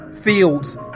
fields